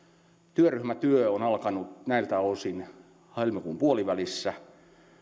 työryhmätyö on alkanut näiltä osin helmikuun puolivälissä